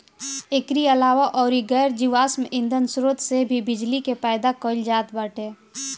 एकरी अलावा अउर गैर जीवाश्म ईधन स्रोत से भी बिजली के पैदा कईल जात बाटे